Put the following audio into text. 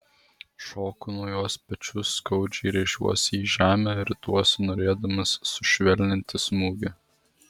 šoku nuo jos pečiu skaudžiai rėžiuosi į žemę rituosi norėdamas sušvelninti smūgį